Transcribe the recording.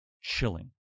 chilling